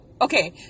okay